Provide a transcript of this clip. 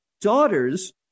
daughters